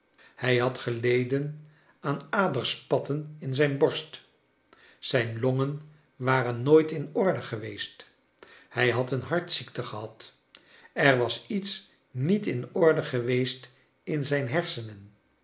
hij had geleden aan aders patten in zijn borst zijn longen waren nooit in orde geweest hij had een hartziekte gehad er was iets niet in orde geweest in zijn hersenen